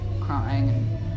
crying